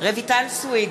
רויטל סויד,